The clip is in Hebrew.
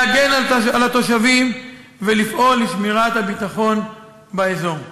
להגן על התושבים ולפעול לשמירת הביטחון באזור.